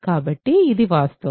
కాబట్టి ఇది వాస్తవం